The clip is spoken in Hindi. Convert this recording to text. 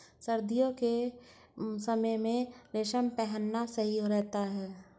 सर्दियों के समय में रेशम पहनना सही रहता है